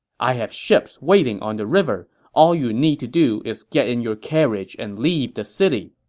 i have ships waiting on the river. all you need to do is get in your carriage and leave the city.